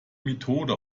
methode